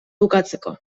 bukatzeko